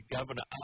Governor